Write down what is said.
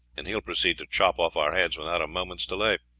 and he will proceed to chop off our heads without a moment's delay.